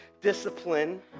discipline